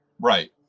Right